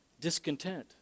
discontent